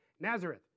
Nazareth